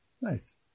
Nice